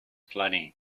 flooding